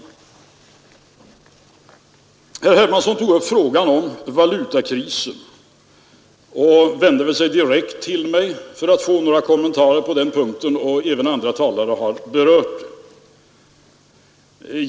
Herr Hermansson tog upp frågan om valutakrisen och vände sig direkt till mig för att få några kommentarer på den punkten. Även andra talare har berört den.